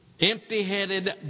empty-headed